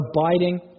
abiding